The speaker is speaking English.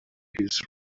his